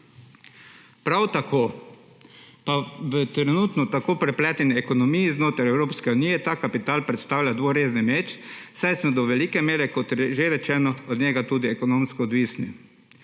Prav tako pa v trenutno tako prepleteni ekonomiji znotraj Evropske unije ta kapital predstavlja dvorezni meč, saj smo do velike mere, kot že rečeno, od njega tudi ekonomsko odvisni.